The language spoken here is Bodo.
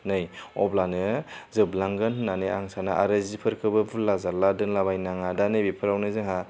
नै अब्लानो जोबलांगोन होननानै आं सानो आरो जिफोरखौबो बुरला जारला दोनला बायनाङा दा नैबेफोरावनो जोंहा